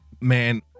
Man